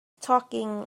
talking